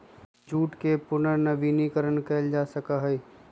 jute के पुनर्नवीनीकरण कइल जा सका हई